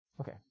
Okay